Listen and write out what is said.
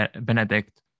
Benedict